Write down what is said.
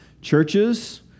churches